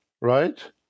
right